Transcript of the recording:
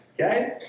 Okay